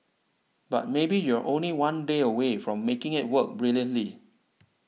but maybe you're only one day away from making it work brilliantly